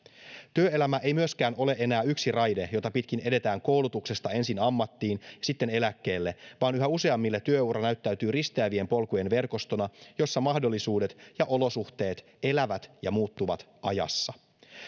työelämä ei myöskään ole enää yksi raide jota pitkin edetään koulutuksesta ensin ammattiin ja sitten eläkkeelle vaan yhä useammille työura näyttäytyy risteävien polkujen verkostona jossa mahdollisuudet ja olosuhteet elävät ja muuttuvat ajassa